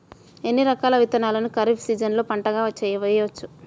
ఎన్ని రకాల విత్తనాలను ఖరీఫ్ సీజన్లో పంటగా వేయచ్చు?